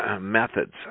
Methods